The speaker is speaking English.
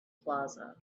plaza